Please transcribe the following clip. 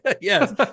Yes